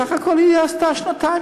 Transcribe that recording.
סך הכול היא עשתה שנתיים,